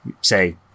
say